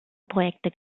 projekte